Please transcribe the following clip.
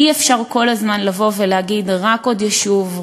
אי-אפשר כל הזמן לבוא ולהגיד: רק עוד יישוב,